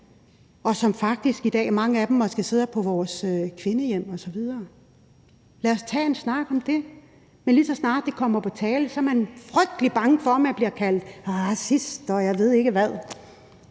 måske faktisk i dag sidder på vores kvindehjem osv., og lad os tage en snak om det. Men lige så snart det kommer på tale, er man frygtelig bange for, at man bliver kaldt racist, og jeg ved ikke hvad.